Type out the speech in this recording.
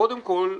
קודם כול,